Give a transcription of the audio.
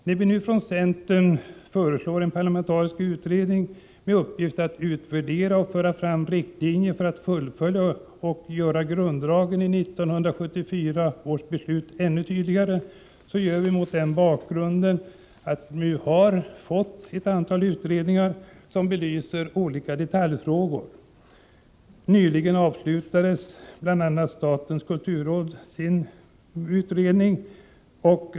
När vi nu från centern föreslår en parlamentarisk utredning med uppgift att utvärdera och ännu tydligare utveckla grunddragen i 1974 års beslut, så gör vi det mot bakgrund av att ett antal utredningar belyser olika detaljfrågor. Nyligen avslutade statens kulturråd sin utredning.